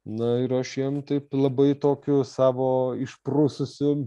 na ir aš jiem taip labai tokiu savo išprususiu